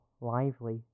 lively